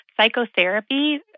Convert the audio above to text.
Psychotherapy